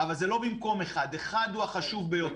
אבל זה לא במקום 1. 1 זה החשוב ביותר.